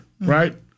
right